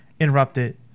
interrupted